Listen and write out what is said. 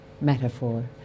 metaphor